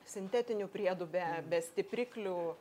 sintetinių priedų be be stipriklių